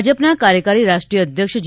ભાજપના કાર્યકરી રાષ્ટ્રીય અધ્યક્ષ જે